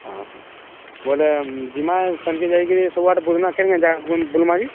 ଓହୋ ବଇଲେ ଯିମା ସେନକେ ଯାଇକିରି ସବୁଆଡ଼େ ବୁଲମା କେନ୍ କେନ୍ ଜାଗା ବୁଲମା କି